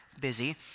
busy